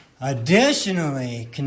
Additionally